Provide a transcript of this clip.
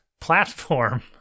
platform